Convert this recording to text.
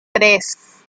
tres